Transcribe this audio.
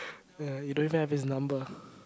ya you don't even have his number